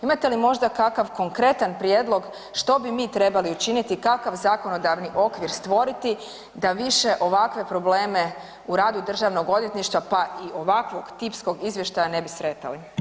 Imate li možda kakav konkretan prijedlog što bi mi trebali učiniti, kakav zakonodavni okvir stvoriti da više ovakve probleme u radu državnog odvjetništva pa i ovakvog tipskog izvještaja ne bi sretali?